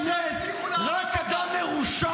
הוא נס -- הם בוכים שהם לא הצליחו להרוג אותנו.